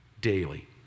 daily